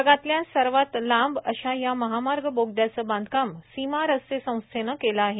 जगातल्या सर्वात लांब अशा या महामार्ग बोगद्याचं बांधकाम सीमा रस्ते संस्थेनं केलं आहे